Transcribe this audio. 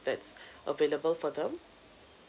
that's available for them